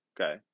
okay